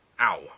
Ow